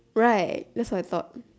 right that's my thought